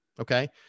Okay